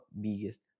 biggest